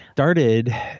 Started